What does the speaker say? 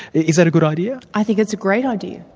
is that a good idea? i think it's a great idea.